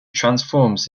transforms